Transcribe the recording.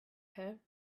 her